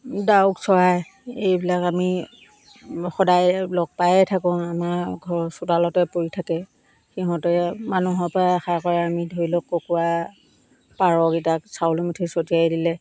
ডাউক চৰাই এইবিলাক আমি সদায় লগ পায়ে থাকোঁ আমাৰ ঘৰৰ চোতালতে পৰি থাকে সিহঁতে মানুহৰ পৰা আশা কৰে আমি ধৰি লওক কুকুৰা পাৰকেইটাক চাউল এমুঠি ছটিয়াই দিলে